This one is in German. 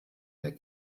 der